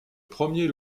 premier